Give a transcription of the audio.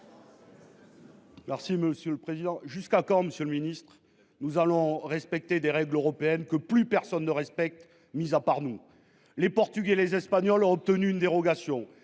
Merci monsieur le président. Jusqu'à quand. Monsieur le Ministre, nous allons respecter des règles européennes que plus personne ne respecte mise à part nous, les Portugais, les espagnols ont obtenu une dérogation.